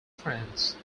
france